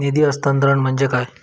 निधी हस्तांतरण म्हणजे काय?